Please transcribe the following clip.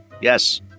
Yes